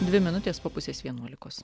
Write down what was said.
dvi minutės po pusės vienuolikos